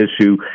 issue